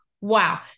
wow